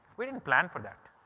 we didn't plan for that.